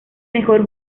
mejor